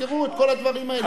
תזכרו את כל הדברים האלה.